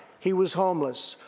he was homeless.